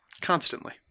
Constantly